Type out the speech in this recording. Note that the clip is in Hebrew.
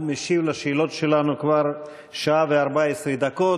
הוא משיב על שאלות שלנו כבר שעה ו-14 דקות.